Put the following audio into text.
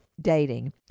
dating